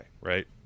right